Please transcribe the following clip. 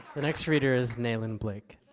the next reader is nayland blake.